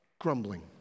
grumbling